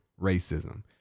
racism